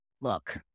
look